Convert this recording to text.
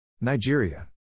Nigeria